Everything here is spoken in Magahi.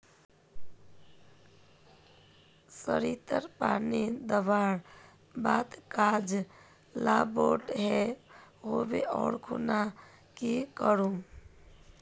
सरिसत पानी दवर बात गाज ला बोट है होबे ओ खुना की करूम?